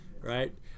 right